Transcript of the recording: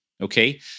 okay